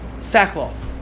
sackcloth